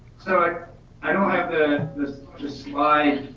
so i don't have the slide.